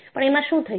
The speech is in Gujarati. પણએમાં શું થયું